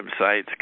websites